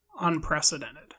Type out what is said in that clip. unprecedented